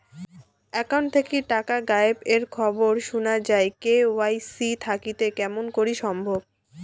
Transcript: Account থাকি টাকা গায়েব এর খবর সুনা যায় কে.ওয়াই.সি থাকিতে কেমন করি সম্ভব?